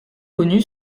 connu